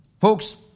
folks